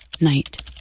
night